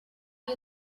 you